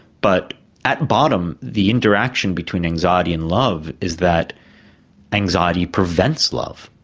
but at bottom, the interaction between anxiety and love is that anxiety prevents love,